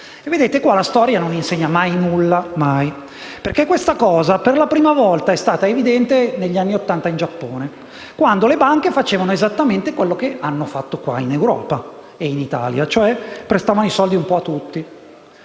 Vedete: qua la storia non insegna mai nulla, perché questo fatto per la prima volta è stato evidente negli anni Ottanta in Giappone, quando le banche facevano esattamente quello che hanno fatto in Europa e in Italia, ovvero prestavano soldi un po' a tutti.